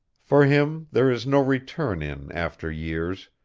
for him there is no return in after years,